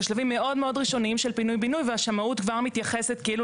בשלבים מאוד מאוד ראשוניים של פינוי בינוי והשמאות כבר מתייחסת כאילו